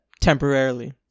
temporarily